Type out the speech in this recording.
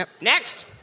Next